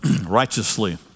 Righteously